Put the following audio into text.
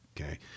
Okay